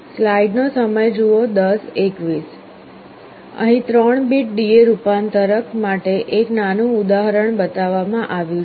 અહીં 3 બીટ રૂપાંતરક માટે એક નાનું ઉદાહરણ બતાવવામાં આવ્યું છે